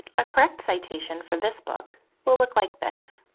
a correct citation for this book will look like this.